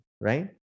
right